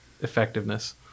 effectiveness